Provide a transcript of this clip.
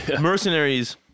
mercenaries